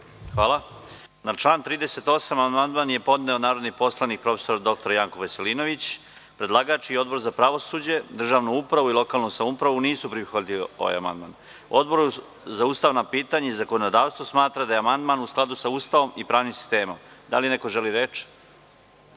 Hvala. Na član 38. amandman je podneo narodni poslanik prof. dr Janko Veselinović. Predlagač i Odbor za pravosuđe, državnu upravu i lokalnu samoupravu nisu prihvatili amandman. Odbor za ustavna pitanja i zakonodavstvo smatra da je amandman u skladu sa Ustavom i pravnim sistemom. Da li neko želi reč?